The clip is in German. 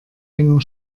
länger